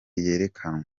yerekanywe